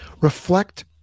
reflect